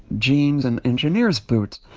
jeans and engineer's boots.